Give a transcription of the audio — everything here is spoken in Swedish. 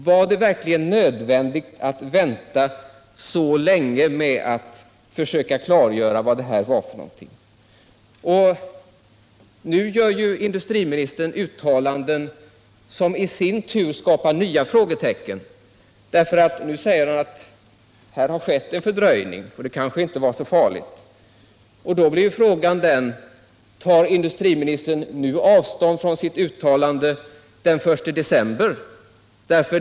Var det verkligen nödvändigt att vänta så länge med att försöka klargöra vad detta var för någonting? Nu gör ju industriministern uttalanden som i sin tur ger anledning till nya frågetecken. Nu säger han att det har skett en fördröjning och att det kanske inte var så farligt. Då blir frågan: Tar industriministern nu avstånd från sitt uttalande den 1 december?